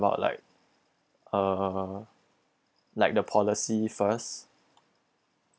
about like uh like the policy first